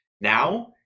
Now